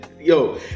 yo